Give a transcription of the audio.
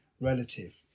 relative